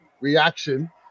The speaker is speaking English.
reaction